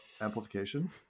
amplification